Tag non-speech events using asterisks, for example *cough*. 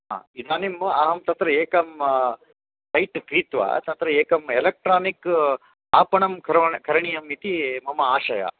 हा इदानीम् अहं तत्र एकं सैट् क्रीत्वा तत्र एकम् एलेक्ट्रानिक् आपणं *unintelligible* करणीयम् इति मम आशयः